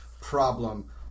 problem